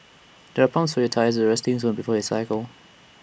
there are pumps for your tyres at the resting zone before you cycle